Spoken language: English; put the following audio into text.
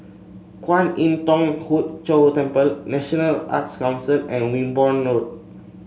Kwan Im Thong Hood Cho Temple National Arts Council and Wimborne Road